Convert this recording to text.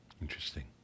Interesting